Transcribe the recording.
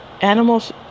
animals